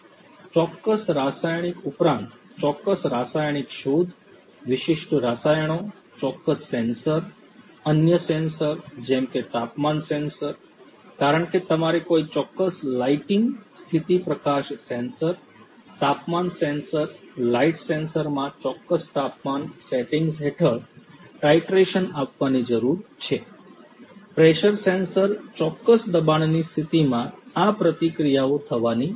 ચોક્કસ રાસાયણિક ઉપરાંત ચોક્કસ રાસાયણિક શોધ વિશિષ્ટ રસાયણો ચોક્કસ સેન્સર અન્ય સેન્સર જેમ કે તાપમાન સેન્સર કારણ કે તમારે કોઈ ચોક્કસ લાઇટિંગ સ્થિતિ પ્રકાશ સેન્સર તાપમાન સેન્સર લાઇટ સેન્સરમાં ચોક્કસ તાપમાન સેટિંગ્સ હેઠળ ટાઈટ્રેશન આપવાની જરૂર છે પ્રેશર સેન્સર ચોક્કસ દબાણની સ્થિતિમાં આ પ્રતિક્રિયાઓ થવાની છે